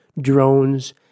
drones